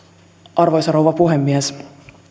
arvoisa rouva puhemies